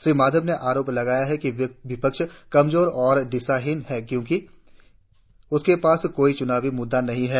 श्री माधव ने आरोप लगाया कि विपक्ष कमजोर और दिशाहीन है क्योंकि उसके पास कोई चुनावी मुद्दा नही है